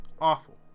Awful